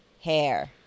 hair